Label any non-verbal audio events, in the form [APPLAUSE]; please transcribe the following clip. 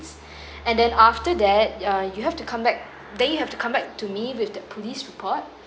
[BREATH] and then after that uh you have to come back they have to come back to me with the police report